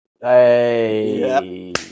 Hey